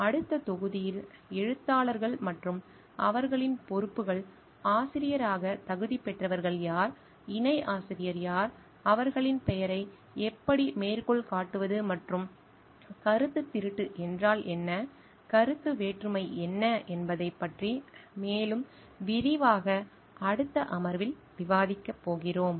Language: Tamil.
அடுத்த தொகுதியில் எழுத்தாளர்கள் மற்றும் அவர்களின் பொறுப்புகள் ஆசிரியராகத் தகுதி பெற்றவர்கள் யார் இணை ஆசிரியர் யார் அவர்களின் பெயர்களை எப்படி மேற்கோள் காட்டுவது மற்றும் கருத்துத் திருட்டு என்றால் என்ன கருத்து வேற்றுமை என்ன என்பதைப் பற்றி மேலும் விரிவாக அடுத்த அமர்வில் விவாதிக்கப் போகிறோம்